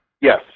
Yes